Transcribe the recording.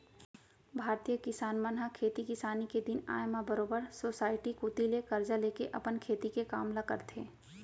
भारतीय किसान मन ह खेती किसानी के दिन आय म बरोबर सोसाइटी कोती ले करजा लेके अपन खेती के काम ल करथे